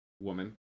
woman